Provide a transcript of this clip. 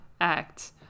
Act